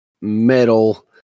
metal